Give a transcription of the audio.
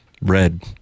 Red